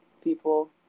people